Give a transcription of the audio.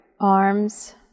arms